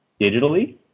digitally